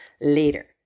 later